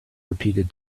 repeated